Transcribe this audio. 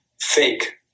fake